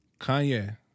kanye